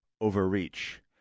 overreach